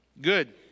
Good